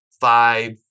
five